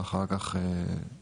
ואחר כך התייצבות.